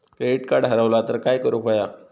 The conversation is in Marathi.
क्रेडिट कार्ड हरवला तर काय करुक होया?